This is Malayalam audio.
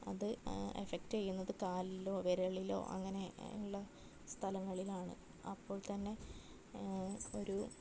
അത് എഫക്ട് ചെയ്യുന്നത് കാലിലോ വിരളിലോ അങ്ങനെ ഉള്ള സ്ഥലങ്ങളിലാണ് അപ്പോൾ തന്നെ ഒരു